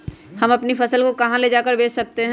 हम अपनी फसल को कहां ले जाकर बेच सकते हैं?